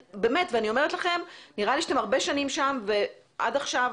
ואני אומרת לכם: נראה לי שאתם הרבה שנים שם ועד עכשיו,